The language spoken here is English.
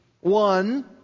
one